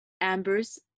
Amber's